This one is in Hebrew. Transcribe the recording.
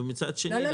ומצד שני --- לא,